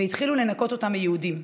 והתחילו לנקות אותה מיהודים.